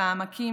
בעמקים,